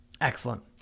Excellent